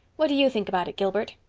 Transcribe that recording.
what do you think about it, gilbert?